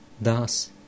Thus